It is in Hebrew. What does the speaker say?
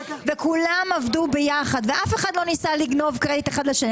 כולם עבדו ביחד ואף אחד לא ניסה לגנוב קרדיט אחד מהשני.